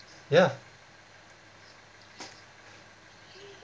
ya